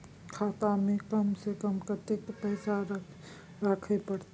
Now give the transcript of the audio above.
खाता में कम से कम कत्ते पैसा रखे परतै?